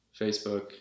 Facebook